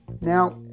Now